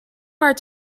maar